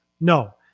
No